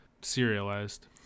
Serialized